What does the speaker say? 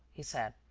he said.